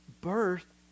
birth